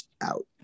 out